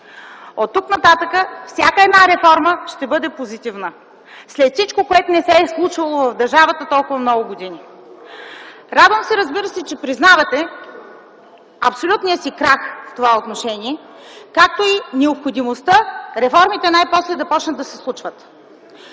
Оттук нататък всяка една реформа ще бъде позитивна. След всичко, което не се е случило в държавата толкова много години! Радвам се, разбира се, че признавате абсолютния си крах в това отношение, както и необходимостта реформите най-после да започнат да се случват.